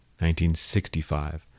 1965